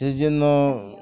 সেই জন্য